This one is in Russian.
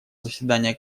заседания